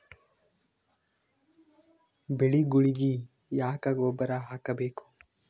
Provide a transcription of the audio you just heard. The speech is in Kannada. ಬೆಳಿಗೊಳಿಗಿ ಯಾಕ ಗೊಬ್ಬರ ಹಾಕಬೇಕು?